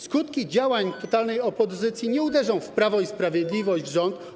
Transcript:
Skutki działań totalnej opozycji nie uderzą w Prawo i Sprawiedliwość, w rząd.